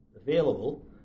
available